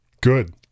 Good